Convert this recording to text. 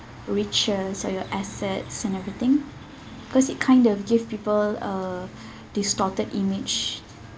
richer so your assets and everything because it kind of give people uh distorted image